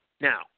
Now